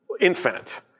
infinite